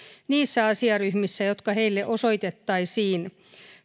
niissä asiaryhmissä jotka heille osoitettaisiin